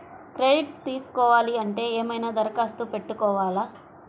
Credit తీసుకోవాలి అంటే ఏమైనా దరఖాస్తు పెట్టుకోవాలా?